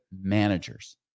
managers